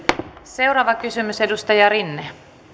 seuraava kysymys edustaja rinne